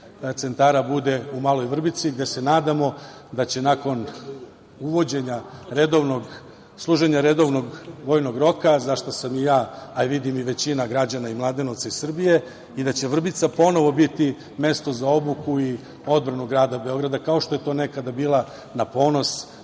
centara bude u Maloj Vrbici, gde se nadamo da će nakon uvođenja služenja redovnog vojnog roka, za šta sam i ja, a vidim i većina građana i Mladenovca i Srbije, i da će Vrbica ponovo biti mesto za obuku i odbranu grada Beograda, kao što je to nekada bila, na ponos građana